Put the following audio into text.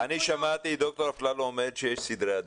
אני שמעתי את ד"ר אפללו אומרת שיש סדרי עדיפות.